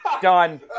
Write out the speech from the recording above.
Done